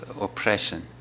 oppression